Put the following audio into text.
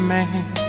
Man